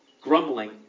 grumbling